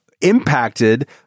impacted